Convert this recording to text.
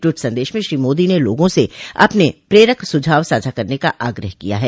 tweet संदेश में श्री मोदी ने लोगों से अपने प्रेरक सुझाव साझा करने का आग्रह किया है